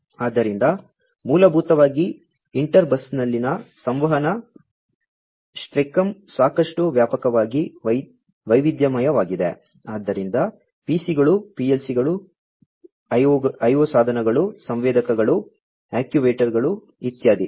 ಆದ್ದರಿಂದ ಮೂಲಭೂತವಾಗಿ ಇಂಟರ್ ಬಸ್ನಲ್ಲಿನ ಸಂವಹನದ ಸ್ಪೆಕ್ಟ್ರಮ್ ಸಾಕಷ್ಟು ವ್ಯಾಪಕವಾಗಿ ವೈವಿಧ್ಯಮಯವಾಗಿದೆ ಆದ್ದರಿಂದ PC ಗಳು PLC ಗಳು IO ಸಾಧನಗಳು ಸಂವೇದಕಗಳು ಆಕ್ಯೂವೇಟರ್ಗಳು ಇತ್ಯಾದಿ